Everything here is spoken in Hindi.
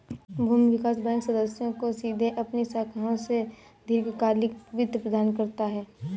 भूमि विकास बैंक सदस्यों को सीधे अपनी शाखाओं से दीर्घकालिक वित्त प्रदान करता है